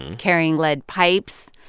carrying lead pipes,